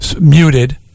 muted